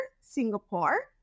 Singapore